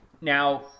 Now